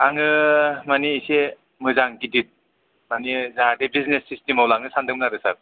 आङो मानि एसे मोजां गिदिर माने जाहाथे बिजिनेस सिसथेमाव लांनो सानदोंमोन सार